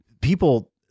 people